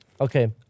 Okay